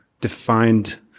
defined